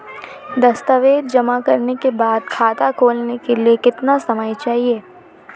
दस्तावेज़ जमा करने के बाद खाता खोलने के लिए कितना समय चाहिए?